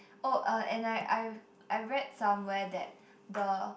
oh uh and I I I read somewhere that the